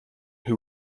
who